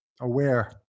aware